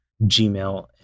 Gmail